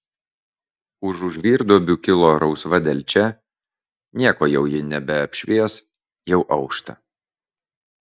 užu žvyrduobių kilo rausva delčia nieko jau ji nebeapšvies jau aušta